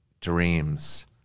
dreams